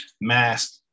mask